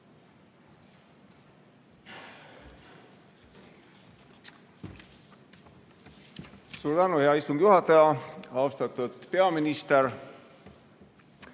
Suur tänu, hea istungi juhataja! Austatud peaminister!